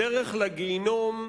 הדרך לגיהינום,